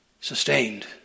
sustained